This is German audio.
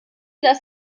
dass